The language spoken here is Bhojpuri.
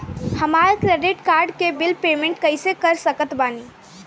हमार क्रेडिट कार्ड के बिल पेमेंट कइसे कर सकत बानी?